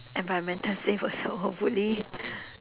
environmental safe also hopefully